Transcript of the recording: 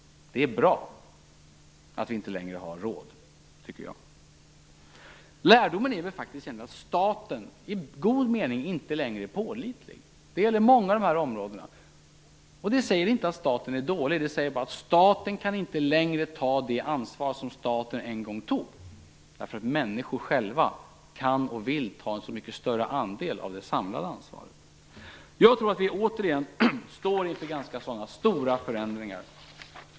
Det är bra att vi inte längre har råd, tycker jag. Lärdomen är faktiskt ändå att staten i god mening inte längre är pålitlig. Det gäller många områden. Det säger inte att staten är dålig, det säger bara att staten inte längre kan ta det ansvar som staten en gång tog därför att människor själva kan och vill ta en så mycket större andel av det samlade ansvaret. Jag tror att vi återigen står inför sådana ganska stora förändringar.